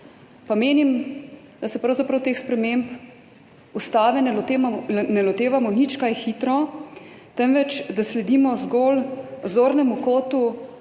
menim, da se pravzaprav teh sprememb ustave ne lotevamo nič kaj hitro, temveč da sledimo zgolj zornemu kotu